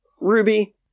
Ruby